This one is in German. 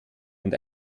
und